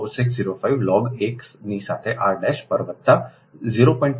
4605 log 1 ની સાથે r પર વત્તા 0